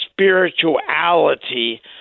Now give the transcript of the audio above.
spirituality